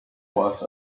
was